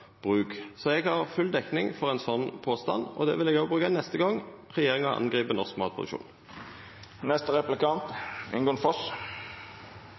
bruk. Så eg har full dekning for ein slik påstand. Den vil eg òg bruka neste gong regjeringa angrip norsk